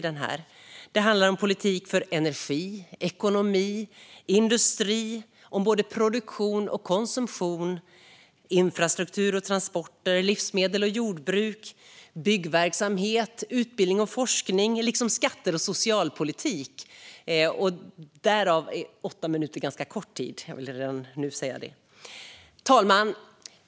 Det handlar om politik för energi, ekonomi, industri, produktion och konsumtion, infrastruktur och transporter, livsmedel och jordbruk, byggverksamhet, utbildning och forskning liksom om skatter och socialpolitik. Därför är åtta minuter ganska kort tid - jag vill säga det redan nu. Fru talman!